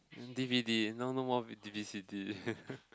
D_V_D now no more D V C D